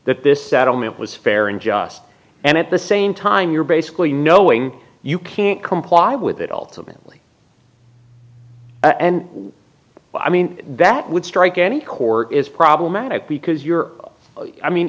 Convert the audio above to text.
that this settlement was fair and just and at the same time you're basically knowing you can't comply with it ultimately and i mean that would strike any court is problematic because you're i mean